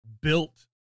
built